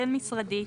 בין משרדית.